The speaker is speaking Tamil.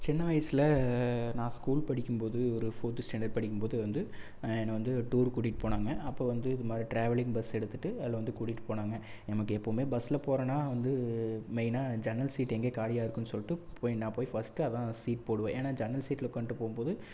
சின்ன வயசில் நான் ஸ்கூல் படிக்கும் போது ஒரு ஃபோர்த்து ஸ்டாண்டர்டு படிக்கும் போது வந்து என்ன வந்து டூர் கூட்டிகிட்டு போனாங்க அப்போது வந்து இது மாதிரி டிராவல்லிங் பஸ் எடுத்துகிட்டு அதில் வந்து கூட்டிகிட்டு போனாங்க எனக்கு எப்பவும் பஸ்ஸில் போறேனா வந்து மெயினாக ஜன்னல் சீட் எங்கே காலியாக இருக்குனு சொல்லிட்டு போய் நான் போய் ஃபர்ஸ்ட்டு அதான் சீட் போடுவேன் ஏன்னா ஜன்னல் சீட்டில் உக்கான்ட்டு போகும்போது